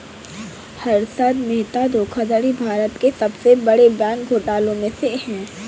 हर्षद मेहता धोखाधड़ी भारत के सबसे बड़े बैंक घोटालों में से है